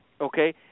Okay